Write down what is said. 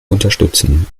unterstützen